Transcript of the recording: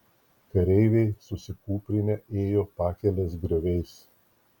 kareiviai susikūprinę ėjo pakelės grioviais